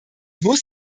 muss